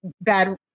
bad